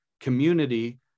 community